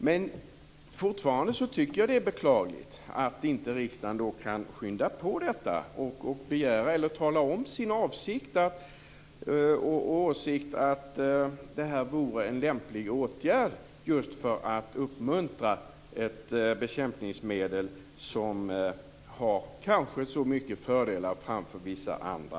Men fortfarande tycker jag att det är beklagligt att inte riksdagen kan skynda på detta ärende och tala om sin åsikt, att detta vore en lämplig åtgärd just för att uppmuntra ett bekämpningsmedel som kanske har så många fördelar framför vissa andra.